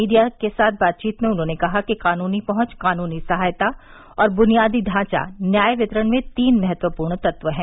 media के साथ बातचीत में उन्होने कहा कि कानूनी पहंच कानूनी सहायता और बुनियादी ढांचा न्याय वितरण में तीन महत्वपूर्ण तत्व हैं